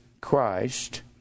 Christ